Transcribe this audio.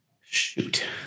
shoot